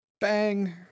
bang